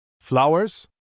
Flowers